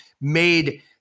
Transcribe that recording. made